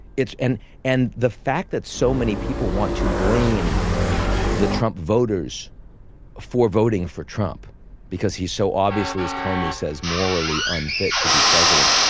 and and the fact that so many people want to blame the trump voters for voting for trump because he's so obviously, as comey says, morally unfit to be president,